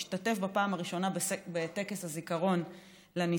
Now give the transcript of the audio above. הוא השתתף בפעם הראשונה בטקס הזיכרון לנספים.